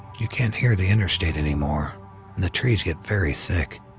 you can't hear the interstate anymore and the trees get very thick.